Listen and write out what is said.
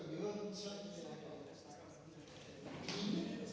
Tak